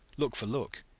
look for look,